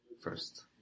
first